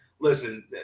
listen